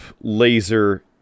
laser